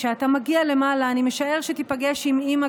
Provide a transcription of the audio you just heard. כשאתה מגיע למעלה אני משער שתיפגש עם אימא,